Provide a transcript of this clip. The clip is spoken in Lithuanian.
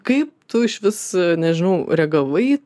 kaip tu išvis nežinau reagavai į